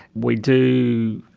we do,